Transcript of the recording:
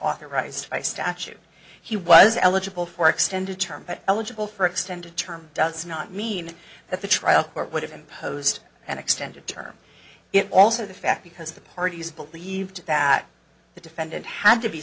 authorized by statute he was eligible for extended term but eligible for extended term does not mean that the trial court would have imposed an extended term it also the fact because the parties believed that the defendant had to be